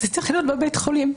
זה צריך להיות בבית חולים.